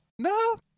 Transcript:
No